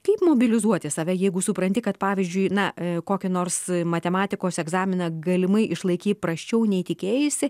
kaip mobilizuoti save jeigu supranti kad pavyzdžiui na kokį nors matematikos egzaminą galimai išlaikei prasčiau nei tikėjaisi